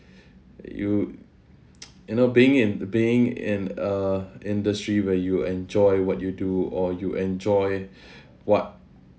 you you know being in being in a industry where you enjoy what you do or you enjoy what